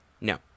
No